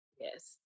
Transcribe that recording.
Yes